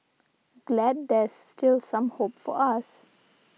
glad there's still some hope for us